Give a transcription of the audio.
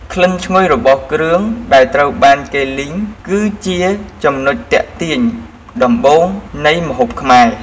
ក្លិនឈ្ងុយរបស់គ្រឿងដែលត្រូវបានគេលីង គឺជាចំណុចទាក់ទាញដំបូងនៃម្ហូបខ្មែរ។